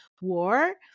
war